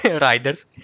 riders